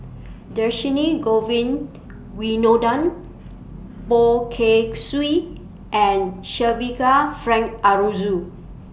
Dhershini Govin Winodan Poh Kay Swee and Shavaca Frank Aroozoo